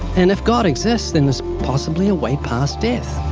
and if god exists, then there's possibly a way past death.